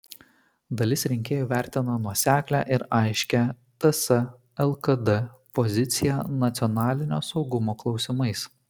dalis rinkėjų vertina nuoseklią ir aiškią ts lkd poziciją nacionalinio saugumo klausimais